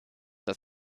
das